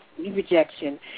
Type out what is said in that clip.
rejection